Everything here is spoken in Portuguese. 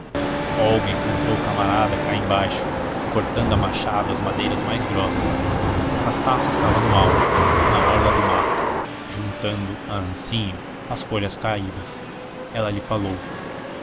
olga encontrou o camarada cá embaixo cortando a machado as madeiras mais grossas anastácio estava no alto na orla do mato juntando a ancinho as folhas caídas ela lhe falou